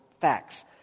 facts